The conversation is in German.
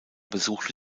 besuchte